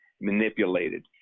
manipulated